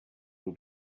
will